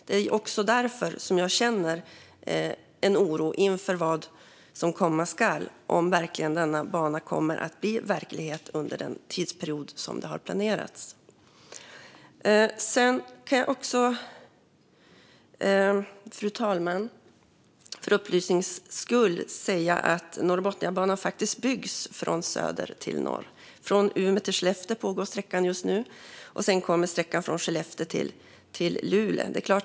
Det är därför jag känner oro inför vad som komma skall och över om denna bana kommer att bli verklighet under den planerade tidsperioden. Fru talman! För upplysnings skull kan jag säga att Norrbotniabanan faktiskt byggs från söder till norr. Sträckan från Umeå till Skellefteå byggs just nu, och sedan kommer sträckan från Skellefteå till Luleå.